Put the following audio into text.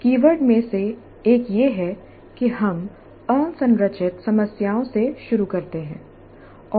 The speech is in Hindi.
कीवर्ड में से एक यह है कि हम असंरचित समस्याओं से शुरू करते हैं